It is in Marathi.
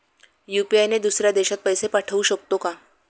यु.पी.आय ने दुसऱ्या देशात पैसे पाठवू शकतो का?